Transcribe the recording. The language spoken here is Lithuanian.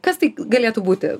kas tai g galėtų būti